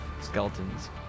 skeletons